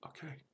Okay